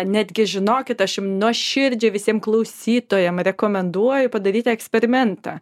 netgi žinokit aš jus nuoširdžiai visiem klausytojam rekomenduoju padaryti eksperimentą